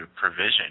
provision